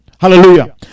Hallelujah